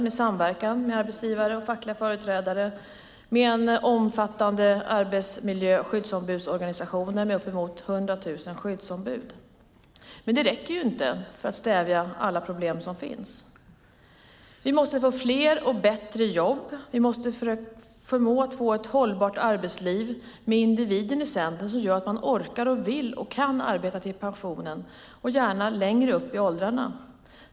Vi har en samverkan mellan arbetsgivare och fackliga företrädare och omfattande arbetsmiljö och skyddsombudsorganisationer med uppemot 100 000 skyddsombud. Men det räcker inte för att stävja alla problem som finns. Vi måste få fler och bättre jobb. Vi måste få ett hållbart arbetsliv med individen i centrum som gör att man orkar, vill och kan arbeta till pensionen och gärna längre upp i åldrarna.